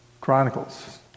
Chronicles